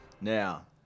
Now